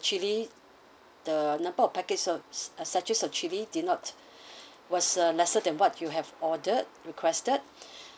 chilli the number of packets of s~ uh sachets of chilli did not was uh lesser than what you have ordered requested